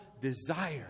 desire